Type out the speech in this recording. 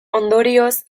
ondorioz